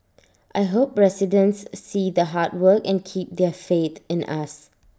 I hope residents see the hard work and keep their faith in us